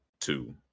two